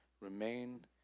remain